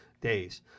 days